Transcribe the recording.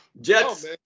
Jets